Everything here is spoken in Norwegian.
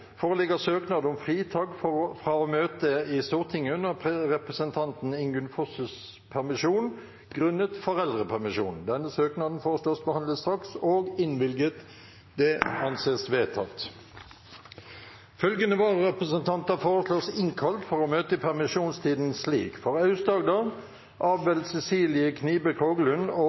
søknad om fritak fra å møte i Stortinget under representanten Ingunn Foss’ permisjon, grunnet foreldrepermisjon. Etter forslag fra presidenten ble enstemmig besluttet: Søknaden behandles straks og innvilges. Følgende vararepresentanter innkalles for å møte i permisjonstiden slik: For Aust-Agder: Abel Cecilie Knibe Kroglund og